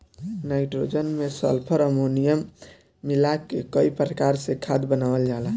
nitrogen में sulphur, ammonium मिला के कई प्रकार से खाद बनावल जाला